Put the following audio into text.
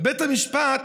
ובית המשפט,